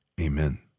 amen